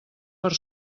per